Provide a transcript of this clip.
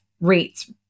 rates